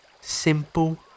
simple